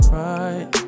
right